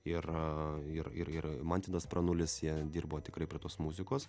ir ir ir ir mantvydas pranulis jie dirbo tikrai tos muzikos